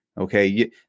Okay